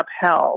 upheld